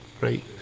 right